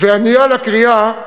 וענייה לקריאה: